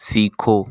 सीखो